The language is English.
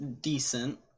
decent